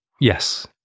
Yes